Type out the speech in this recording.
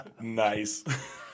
Nice